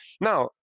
Now